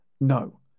No